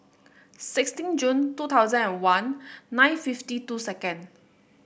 sixteen June two thousand and one nine fifty two second